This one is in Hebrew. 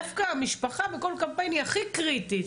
דווקא המשפחה בכל קמפיין היא הכי קריטית.